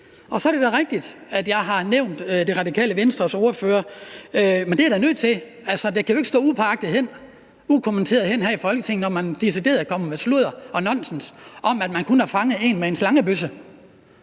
dag. Så er det da rigtigt, at jeg har nævnt Det Radikale Venstres ordfører, men det er jeg da nødt til – altså, det kan jo ikke gå upåagtet hen, være ukommenteret her i Folketinget, når man kommer med noget decideret sludder og nonsens om, at der kun er fanget én med en slangebøsse